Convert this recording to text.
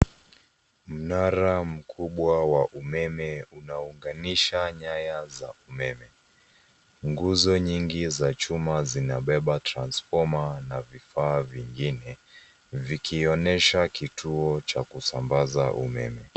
Mnara mkubwa wa umeme unaunganisha nyaya za umeme. Nguzo nyingi za chuma vinabeba transfoma na vifaa vingine vikionyesha kituo cha kusambaza umeme.